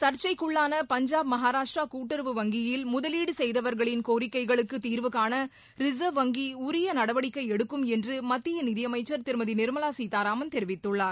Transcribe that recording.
சர்ச்சைக்குள்ளான பஞ்சாப் மகாராஷ்டிரா கூட்டுறவு வங்கியில் முதலீடு செய்தவர்களின் கோரிக்கைகளுக்கு தீர்வுகாண ரிசர்வ் வங்கி உரிய நடவடிக்கை எடுக்கும் என்று மத்திய நிதியமைச்சர் திருமதி நிர்மலா சீதாராமன் தெரிவித்துள்ளார்